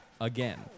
again